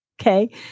okay